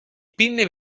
pinne